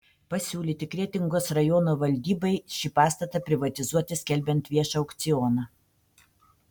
pasiūlyti kretingos rajono valdybai šį pastatą privatizuoti skelbiant viešą aukcioną